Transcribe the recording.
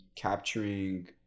capturing